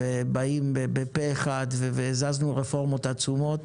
ובאים בפה אחד והזזנו רפורמות עצומות.